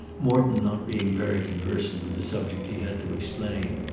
morton not being very conversant with the subject he had to explain.